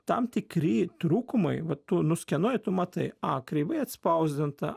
tam tikri trūkumai vat tu nuskenuoji tu matai a kreivai atspausdinta